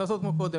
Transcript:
שיהיה כמו קודם.